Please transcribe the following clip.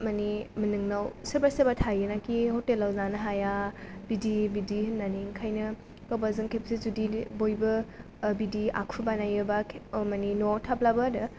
माने नोंनाव सोरबा सोरबा थायो ना कि हटेलाव जानो हाया बिदि बिदि होननानै ओंखायनो गोबावजों खेबसे जुदि बयबो ओ बिदि आखु बानायोबा ओ माने न'वाव थाब्लाबो आरो